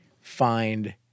find